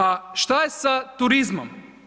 A što je sa turizmom?